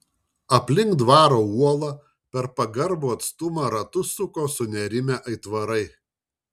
aplink dvaro uolą per pagarbų atstumą ratus suko sunerimę aitvarai